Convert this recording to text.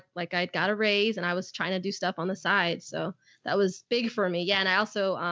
like i got a raise and i was trying to do stuff on the side, so that was big for me. yeah. and i also,